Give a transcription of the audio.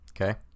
Okay